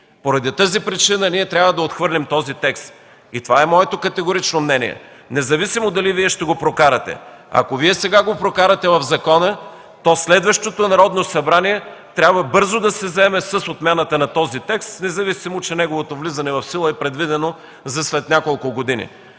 Поради тази причина ние трябва да отхвърлим този текст. Това е моето категорично мнение, независимо дали Вие ще го прокарате. Ако Вие сега го прокарате в закона, то следващото Народно събрание трябва бързо да се заеме с отмяната на този текст, независимо че влизането му в сила е предвидено за след няколко години.